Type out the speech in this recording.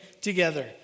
together